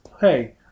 Hey